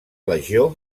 legió